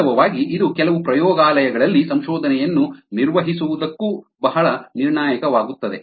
ವಾಸ್ತವವಾಗಿ ಇದು ಕೆಲವು ಪ್ರಯೋಗಾಲಯಗಳಲ್ಲಿ ಸಂಶೋಧನೆಯನ್ನು ನಿರ್ವಹಿಸುವುದಕ್ಕೂ ಬಹಳ ನಿರ್ಣಾಯಕವಾಗುತ್ತದೆ